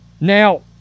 Now